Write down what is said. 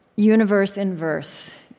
universe in verse,